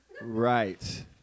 Right